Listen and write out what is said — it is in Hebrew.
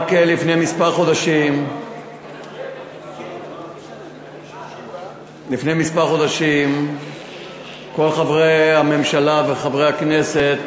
רק לפני כמה חודשים כל חברי הממשלה וחברי הכנסת,